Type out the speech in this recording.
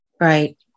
Right